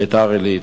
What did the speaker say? ביתר-עילית,